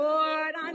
Lord